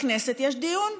בכנסת יש דיון,